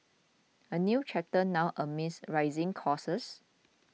a new chapter now amid rising costs